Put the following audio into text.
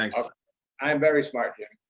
kind of i am very smart, jimmy.